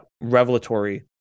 revelatory